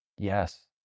Yes